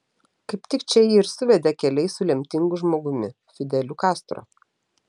kaip tik čia jį ir suvedė keliai su lemtingu žmogumi fideliu kastro